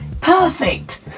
Perfect